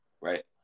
right